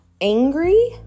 angry